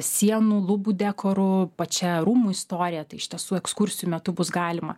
sienų lubų dekoru pačia rūmų istorija tai iš tiesų ekskursijų metu bus galima